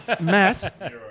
Matt